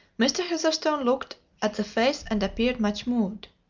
mr. heatherstone looked at the face and appeared much moved.